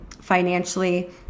financially